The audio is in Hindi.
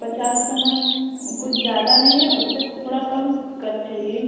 पचास रुपये मैम कुछ ज़्यादा नहीं है उससे थोड़ा कम कर चाहिए